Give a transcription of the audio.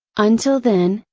until then,